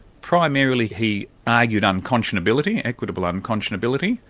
primarily he argued unconscionability, inequitable unconscionability.